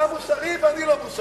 אתה מוסרי ואני לא מוסרי.